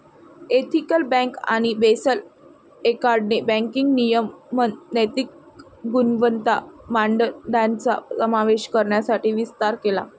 ethical bank आणि Basel एकॉर्डने banking नियमन नैतिक गुणवत्ता मानदंडांचा समावेश करण्यासाठी विस्तार केला